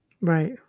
Right